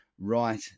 right